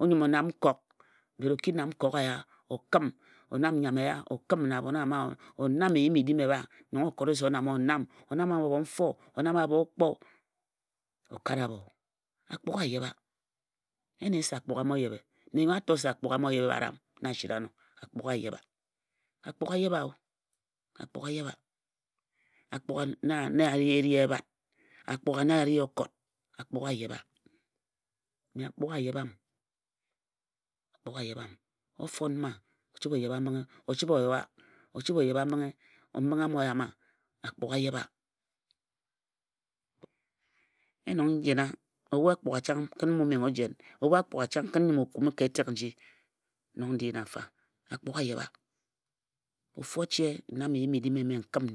o nyəm o nam nkok bot o ki nam nkok eya o kəm o nam nnyam eya. onkəm na abhon ama. o nam eyim-edim e bha nong o kore. o nam. o nam abho mfo. o nam abha okpo o kare abho. a kpugha a yebha. ene se akpugha o mo yqebhr nne nyo a to se akpugha a mo yebhe baram na a sira ano akppugha a yebha. akpugha a yebha-o. a kpugha a yebha. akpugha na a ri ebhat. akpugha na a ri okot. akugha a yebha. mme akpugha a yebha m a yima mbinghe a yebha. o fon mma o chəbhe o yoa. o chəbhe o yebhe mbinghe. mbinghe a mo yem wa. akugha yebha. yen nong n jena. ebhu akpugha chang kən m menghe o jen. ebhu akpugha chang kən m bo kume ka etek nji-nng n di nna mfa. kpugha a yebha. ofu o che n nam eyim-edim eme n kəm n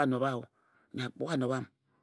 di